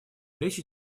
речь